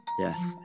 yes